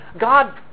God